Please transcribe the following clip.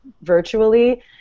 virtually